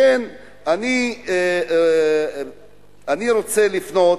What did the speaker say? לכן אני רוצה לפנות.